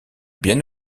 bien